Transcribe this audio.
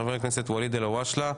של חבר הכנסת ואליד אלהואשלה.